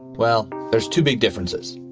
well, there's two big differences.